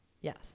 yes